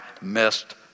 missed